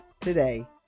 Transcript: today